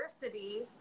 diversity